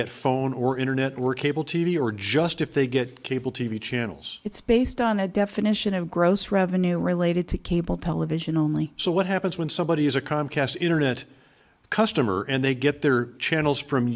get phone or internet or cable t v or just if they get cable t v channels it's based on the definition of gross revenue related to cable television only so what happens when somebody is a comcast internet customer and they get their channels from